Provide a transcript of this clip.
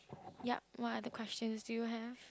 yup what other question do you have